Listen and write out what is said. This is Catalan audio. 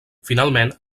finalment